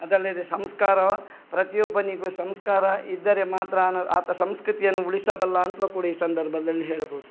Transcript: ಅದಲ್ಲದೆ ಸಂಸ್ಕಾರ ಪ್ರತಿಯೊಬ್ಬನಿಗು ಸಂಸ್ಕಾರ ಇದ್ದರೆ ಮಾತ್ರ ಆತ ಸಂಸ್ಕೃತಿಯನ್ನು ಉಳಿಸಬಲ್ಲ ಅಂತಲು ಕೂಡ ಈ ಸಂದರ್ಭದಲ್ಲಿ ಹೇಳ್ಬೋದು